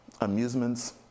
amusements